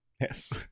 Yes